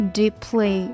deeply